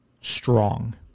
strong